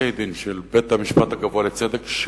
פסקי-דין של בית-המשפט הגבוה לצדק,